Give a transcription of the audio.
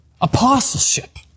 apostleship